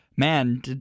Man